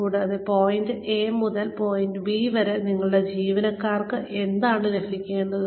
കൂടാതെ point A മുതൽ point B വരെ ഞങ്ങളുടെ ജീവനക്കാർക്ക് എന്താണ് ലഭിക്കേണ്ടത്